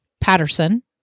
Patterson